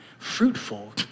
Fruitful